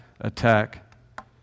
attack